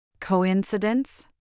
Coincidence